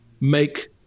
make